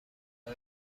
but